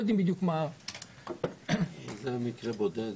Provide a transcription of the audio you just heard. זה היה מקרה בודד.